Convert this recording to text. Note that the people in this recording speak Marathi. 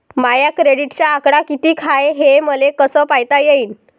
माया क्रेडिटचा आकडा कितीक हाय हे मले कस पायता येईन?